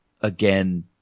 again